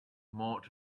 mort